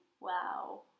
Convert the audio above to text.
Wow